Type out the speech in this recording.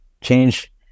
change